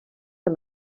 amb